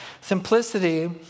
Simplicity